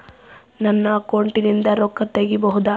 ನನ್ನ ಅಕೌಂಟಿಂದ ರೊಕ್ಕ ತಗಿಬಹುದಾ?